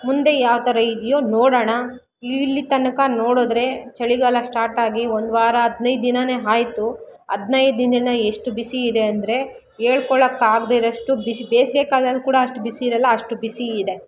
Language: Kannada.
ಮುಂದೆ ಯಾವ ಥರ ಇದೆಯೋ ನೋಡೋಣ ಇಲ್ಲಿ ತನಕ ನೋಡಿದ್ರೆ ಚಳಿಗಾಲ ಸ್ಟಾರ್ಟ್ ಆಗಿ ಒಂದು ವಾರ ಹದಿನೈದು ದಿನಾನೇ ಆಯ್ತು ಹದಿನೈದು ದಿನದಿಂದ ಎಷ್ಟು ಬಿಸಿ ಇದೆ ಅಂದರೆ ಹೇಳ್ಕೊಳ್ಳೊಕ್ಕಾಗ್ದಿರಷ್ಟು ಬಿಸಿ ಬೇಸಿಗೆ ಕಾಲದಲ್ಲಿ ಕೂಡ ಎಷ್ಟು ಬಿಸಿ ಇರಲ್ಲ ಅಷ್ಟು ಬಿಸಿ ಇದೆ